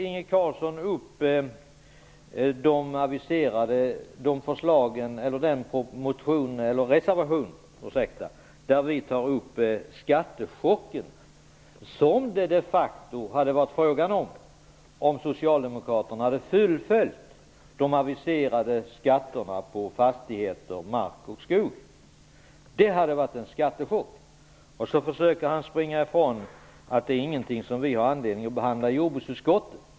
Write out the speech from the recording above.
Inge Carlsson tar också upp vår reservation som berör skattechocken som det de facto hade varit fråga om, om Socialdemokraterna hade fullföljt de aviserade skatterna på fastigheter, mark och skog. Det hade varit en skattechock. Han försöker sedan springa ifrån genom att säga att detta inte är någonting som vi har anledning att behandla i jordbruksutskottet.